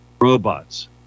Robots